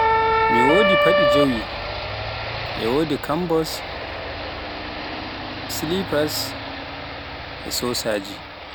mi wodi paɗi jeewi, e wodi kambos, silipas, sosoje.